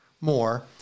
more